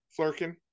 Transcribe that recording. flurkin